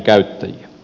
puhemies